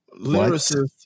lyricist